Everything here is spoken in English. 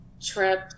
trip